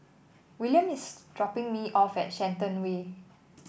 William is dropping me off at Shenton Way